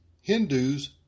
Hindus